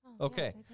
Okay